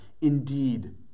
indeed